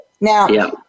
Now